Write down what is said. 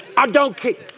i don't care.